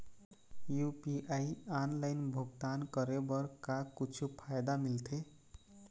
UPI online भुगतान करे बर का कुछू फायदा मिलथे?